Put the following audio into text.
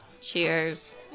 Cheers